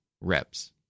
reps